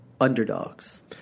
underdogs